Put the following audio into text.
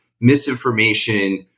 misinformation